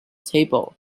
table